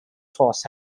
force